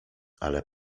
ale